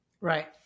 Right